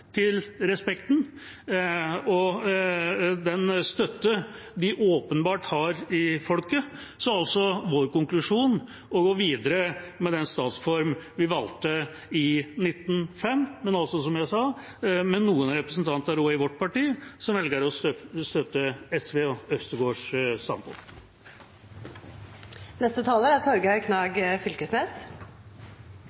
til den respekten og den støtten de åpenbart har i folket, er vår konklusjon å gå videre med den statsformen vi valgte i 1905. Men som jeg sa: Det er noen representanter også i vårt parti som velger å støtte SVs og Øvstegårds standpunkt.